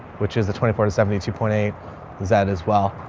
which is the twenty four to seventy two point eight is that as well.